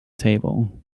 table